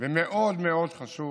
ומאוד מאוד חשוב